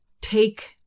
take